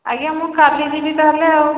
ଆଜ୍ଞା ମୁଁ କାଲି ଯିବି ତା'ହେଲେ ଆଉ